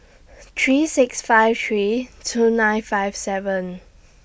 three six five three two nine five seven